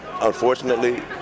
Unfortunately